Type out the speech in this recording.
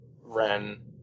Ren